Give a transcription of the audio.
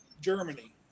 Germany